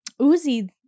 Uzi